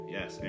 Yes